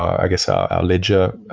i guess our ledger,